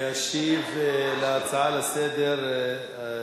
ישיב על ההצעה לסדר-היום,